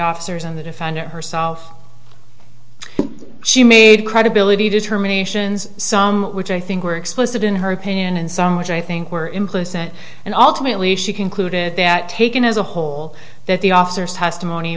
officers and the defendant herself she made credibility determinations some which i think were explicit in her opinion and some which i think were implicit and ultimately she concluded that taken as a whole that the officers testimony